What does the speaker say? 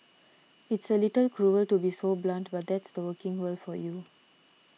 it's a little cruel to be so blunt but that's the working world for you